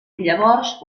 llavors